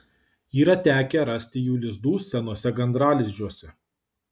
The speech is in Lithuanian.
yra tekę rasti jų lizdų senuose gandralizdžiuose